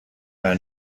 her